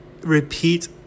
repeat